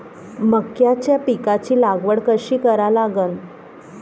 मक्याच्या पिकाची लागवड कशी करा लागन?